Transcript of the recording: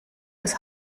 des